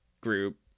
group